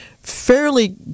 Fairly